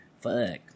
fuck